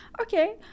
okay